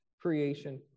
creation